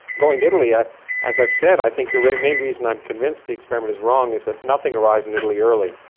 going to italy. ah as i've said, i think the main reason i'm convinced the experiment is wrong is that nothing arrives in italy early,